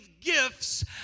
gifts